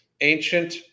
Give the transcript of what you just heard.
ancient